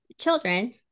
children